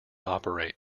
operate